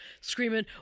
screaming